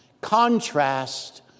contrast